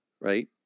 Right